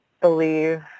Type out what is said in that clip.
believe